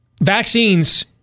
vaccines